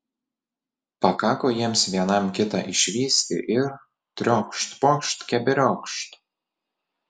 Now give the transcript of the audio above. pakako jiems vienam kitą išvysti ir triokšt pokšt keberiokšt